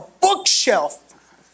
bookshelf